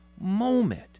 moment